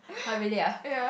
!huh! really ah